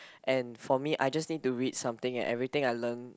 and for me I just need to read something and everything I learn